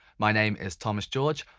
my name is tomas george,